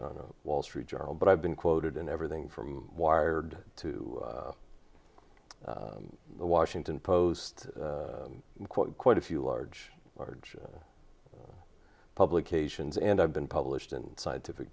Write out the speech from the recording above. on wall street journal but i've been quoted in everything from wired to the washington post quote quite a few large large publications and i've been published in scientific